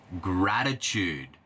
gratitude